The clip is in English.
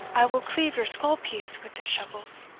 i will cleave your skull-piece with this shovels!